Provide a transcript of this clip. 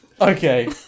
Okay